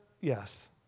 yes